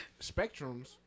Spectrums